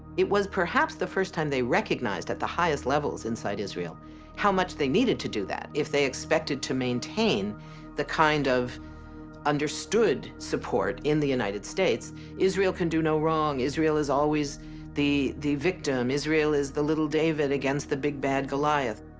it was perhaps the first time they recognized at the highest levels inside israel how much they needed to do that if they expected to maintain the kind of understood support in the united states n israel can do no wrong, israel is always the the victim, israel is the little david against the big bad goliath.